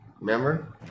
Remember